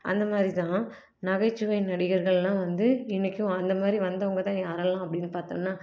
அந்த மாதிரி தான் நகைச்சுவை நடிகர்கள் எல்லாம் வந்து இன்றைக்கும் அந்த மாதிரி வந்தவங்க தான் யாரெல்லாம் அப்படின்னு பார்த்தோம்னா